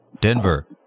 Denver